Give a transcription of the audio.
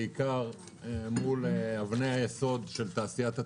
בעיקר מול אבני היסוד של תעשיית התיירות,